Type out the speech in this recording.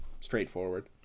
straightforward